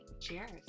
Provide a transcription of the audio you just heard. Cheers